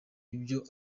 ibyo